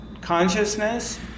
consciousness